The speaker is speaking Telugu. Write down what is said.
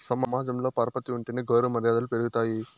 సమాజంలో పరపతి ఉంటేనే గౌరవ మర్యాదలు పెరుగుతాయి